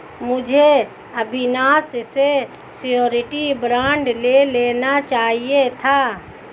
मुझे अविनाश से surety bond ले लेना चाहिए था